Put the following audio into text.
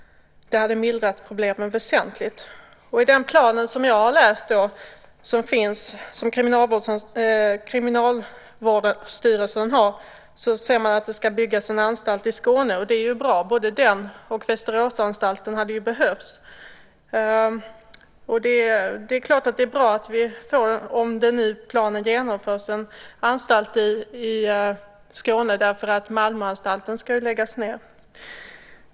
Det hade mildrat problemen väsentligt. I Kriminalvårdsstyrelsens plan ser man att det ska byggas en anstalt i Skåne, och det är bra. Både den och Västeråsanstalten hade ju behövts. Det är klart att det är bra om det blir en anstalt i Skåne, om nu planen genomförs, därför att Malmöanstalten ska ju läggas ned.